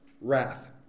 Wrath